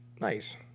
Nice